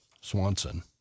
Swanson